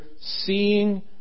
seeing